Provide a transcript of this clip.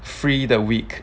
free the week